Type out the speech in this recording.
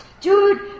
Dude